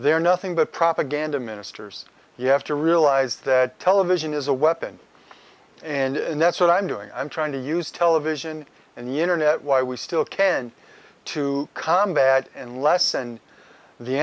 they're nothing but propaganda ministers you have to realize that television is a weapon and that's what i'm doing i'm trying to use television and the internet why we still can to combat and less and the